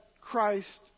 Christ